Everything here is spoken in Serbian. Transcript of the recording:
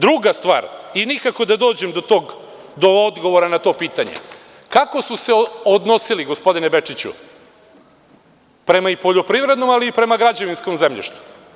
Druga stvar, nikako da dođem do odgovora na to pitanje – kako su se odnosili gospodine Bečiću prema poljoprivrednom, ali i prema građevinskom zemljištu?